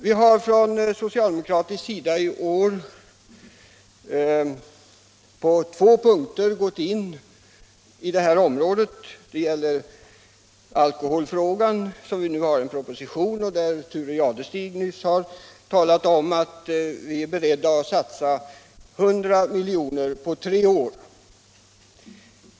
Vi har från socialdemokratins sida i år på två punkter gått in på det här området. I alkoholfrågan behandlas nu en proposition, och där är vi, som Thure Jadestig nyss talade om, beredda att satsa ytterligare 100 miljoner på tre år.